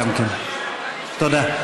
תודה.